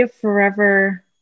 forever